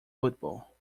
football